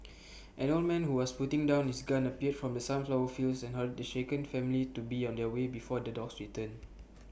an old man who was putting down his gun appeared from the sunflower fields and hurried the shaken family to be on their way before the dogs return